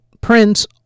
Prince